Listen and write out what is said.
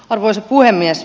arvoisa puhemies